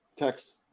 Text